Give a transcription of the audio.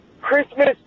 christmas